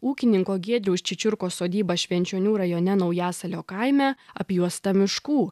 ūkininko giedriaus čičiurkos sodyba švenčionių rajone naujasalio kaime apjuosta miškų